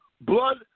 Blood